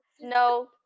no